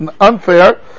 unfair